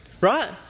right